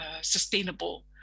sustainable